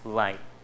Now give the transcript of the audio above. light